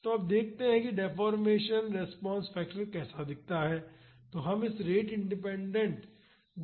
तो अब देखते हैं कि डेफोर्मेशन रिस्पांस फैक्टर कैसा दिखता है हम इस रेट इंडिपेंडेंट डेम्पिंग का उपयोग कब करते हैं